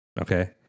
Okay